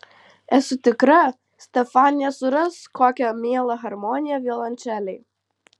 esu tikra stefanija suras kokią mielą harmoniją violončelei